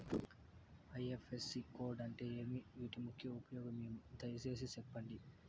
IFSC code అంటే ఏమి? వీటి ముఖ్య ఉపయోగం ఏమి? దయసేసి సెప్పండి?